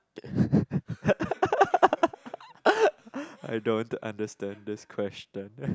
I don't understand this question